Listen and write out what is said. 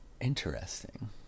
Interesting